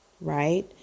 right